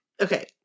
okay